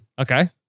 Okay